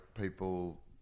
people